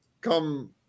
come